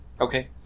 okay